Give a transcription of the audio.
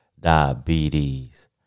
diabetes